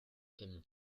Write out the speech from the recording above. camion